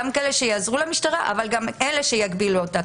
גם כאלה שיעזרו למשטרה אבל גם כאלה שיגבילו אותה.